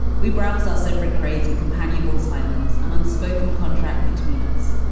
we browsed our separate crates and companionable silence, an unspoken contract between us.